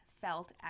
felt